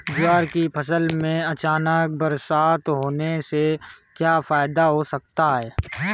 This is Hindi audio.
ज्वार की फसल में अचानक बरसात होने से क्या फायदा हो सकता है?